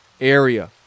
area